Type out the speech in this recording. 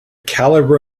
calibre